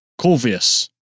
Corvius